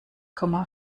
komma